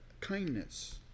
kindness